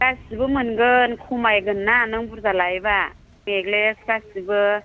गासिबो मोनगोन खमायगोन ना नों बुरजा लायोबा नेक्लेज गासिबो